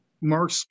Mark